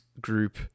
group